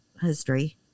history